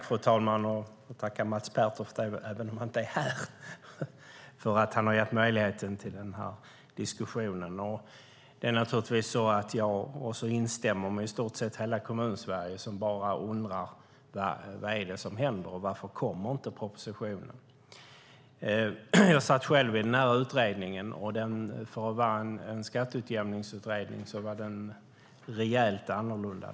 Fru talman! Jag vill tacka Mats Pertoft, även om han inte är här, för att han har gett möjlighet till den här diskussionen. Det är naturligtvis också så att jag instämmer med i stort sett hela Kommunsverige som bara undrar vad det är som händer. Varför kommer inte propositionen? Jag satt själv i den här utredningen, och för att vara en skatteutjämningsutredning var den rejält annorlunda.